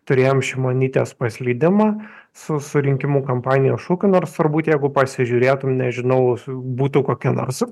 turėjom šimonytės paslydimą su su rinkimų kampanijos šūkiu nors turbūt jeigu pasižiūrėtumėm nežinau su būtų kokia nors